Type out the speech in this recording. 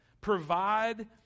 provide